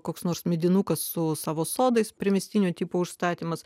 koks nors medinukas su savo sodais priemiestinio tipo užstatymas